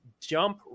jump